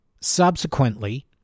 Subsequently